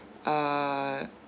uh